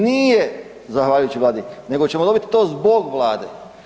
Nije zahvaljujući Vladi nego ćemo dobit to zbog Vlade.